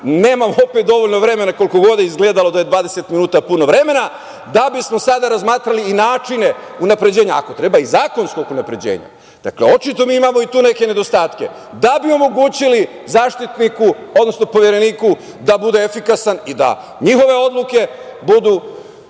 nemam opet dovoljno vremena, koliko god izgledalo da je 20 minuta puno vremena, da bismo sada razmatrali i načine unapređenja, ako treba i zakonskog unapređenja, dakle, očito mi imamo i tu neke nedostatke, da bi omogućili Povereniku da bude efikasan i da njihove odluke budu